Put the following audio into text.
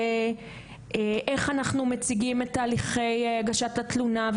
לאיך אנחנו מציגים את תהליכי הגשת התלונה,